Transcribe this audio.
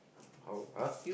how !huh!